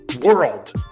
world